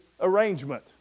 arrangement